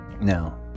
Now